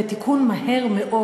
ומהר מאוד,